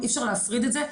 אי אפשר להפריד את זה,